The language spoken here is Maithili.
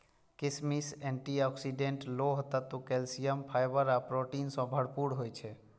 किशमिश एंटी ऑक्सीडेंट, लोह तत्व, कैल्सियम, फाइबर आ प्रोटीन सं भरपूर होइ छै